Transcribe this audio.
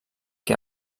que